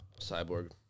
Cyborg